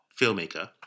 filmmaker